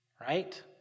Right